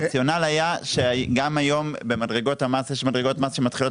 הרציונל היה שגם היום במדרגות המס יש מדרגות מס שמתחילות